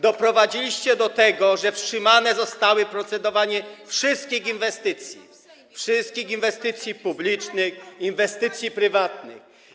Doprowadziliście do tego, że wstrzymane zostało procedowanie wszystkich inwestycji, inwestycji publicznych, inwestycji prywatnych.